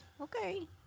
Okay